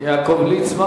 יעקב ליצמן.